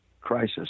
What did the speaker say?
crisis